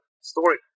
story